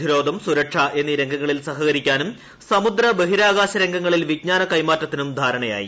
പ്രതിരോധം സുരക്ഷ എന്നീ രംഗങ്ങളിൽ സഹകരിക്കാനും സമുദ്ര ബഹിരാകാശ രംഗങ്ങളിൽ വിജ്ഞാന കൈമാറ്റത്തിനും ധാരണയായി